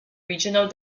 regional